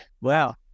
Wow